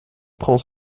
prend